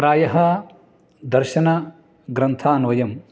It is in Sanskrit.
प्रायः दर्शनग्रन्थान् वयं